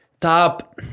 top